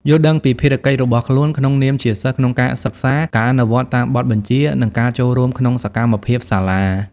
យល់ដឹងពីភារកិច្ចរបស់ខ្លួន ក្នុងនាមជាសិស្សក្នុងការសិក្សា ការអនុវត្តតាមបទបញ្ជា និងការចូលរួមក្នុងសកម្មភាពសាលា។